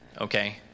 okay